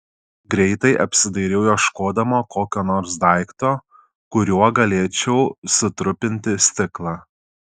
greitai apsidairiau ieškodama kokio nors daikto kuriuo galėčiau sutrupinti stiklą